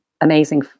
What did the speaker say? amazing